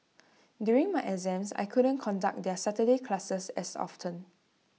during my exams I couldn't conduct their Saturday classes as often